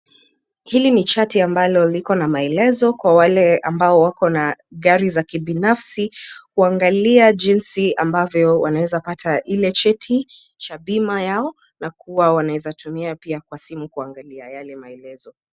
Hili ni chati ambalo liko na maelezo kwa wale ambao wako na gari za kibinafsi kuangalia jinsi ambavyo wanaeza pata ile cheti cha bima yao nakuwa wanaweza tumia pia kwa simu kuangalia yale maelezo.